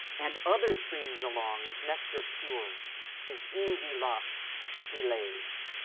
and other streams along, with nectar pure his oozy locks he laves,